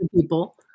people